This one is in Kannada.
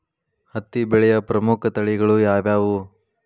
ಹತ್ತಿ ಬೆಳೆಯ ಪ್ರಮುಖ ತಳಿಗಳು ಯಾವ್ಯಾವು?